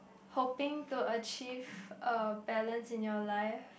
hoping to achieve a balance in your life